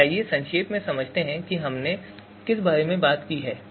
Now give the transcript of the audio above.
तो आइए संक्षेप में बताते हैं कि हमने किस बारे में बात की है